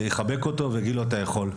בן אדם אחד שיחבק אותו ויגיד לו: אתה יכול.